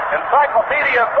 Encyclopedia